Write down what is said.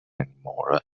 anymore